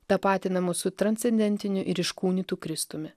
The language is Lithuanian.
tapatinamu su transcendentiniu ir iškūnytu kristumi